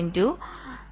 2 0